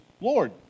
Lord